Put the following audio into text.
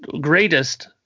greatest